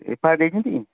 F I R ଦେଇଛନ୍ତି